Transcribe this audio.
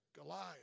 Goliath